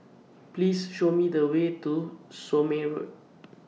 Please Show Me The Way to Somme Road